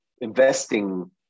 investing